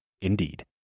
indeed